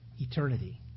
Eternity